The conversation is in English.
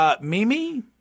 Mimi